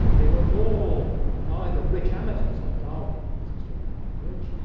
they were all um either rich amateurs like darwin, who was extraordinarily rich,